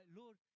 lord